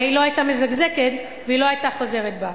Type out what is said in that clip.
הרי היא לא היתה מזגזגת והיא לא היתה חוזרת בה.